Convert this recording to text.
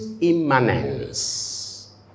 immanence